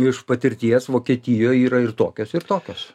iš patirties vokietijoj yra ir tokios ir tokios